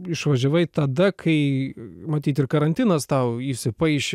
išvažiavai tada kai matyt ir karantinas tau įsipaišė